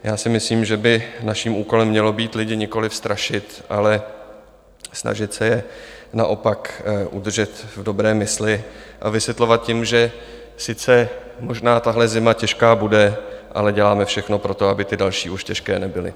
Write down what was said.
Já si myslím, že by naším úkolem mělo být lidi nikoliv strašit, ale snažit se je naopak udržet v dobré mysli a vysvětlovat jim, že sice možná tahle zima těžká bude, ale děláme všechno pro to, aby ty další už těžké nebyly.